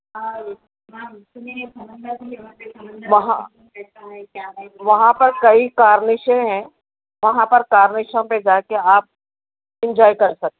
آں وہاں سننے میں وہاں کیا ہے کیا ہے وہاں پر کئی کارنشیں ہیں وہاں پر کارنشوں پہ جا کے آپ انجوائے کر سکتے